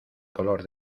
color